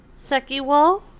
Sekiwo